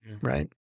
right